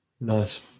nice